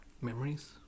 Memories